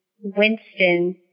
Winston